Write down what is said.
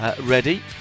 ready